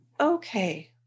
Okay